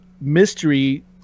mystery